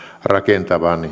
rakentavan